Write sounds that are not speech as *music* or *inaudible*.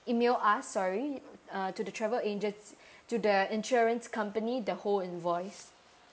email us sorry uh to the travel agency *breath* to the insurance company the whole invoice